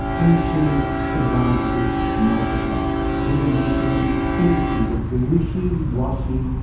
the machine's advantages multiply here's an instrument emptied of the wishy-washy,